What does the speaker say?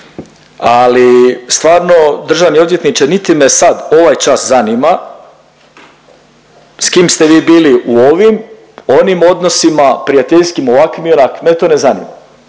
ali stvarno državni odvjetniče niti me sad ovaj čas zanima s kim ste vi bili u ovim, onim odnosima, prijateljskim ovakvim i onakvim mene to ne zanima.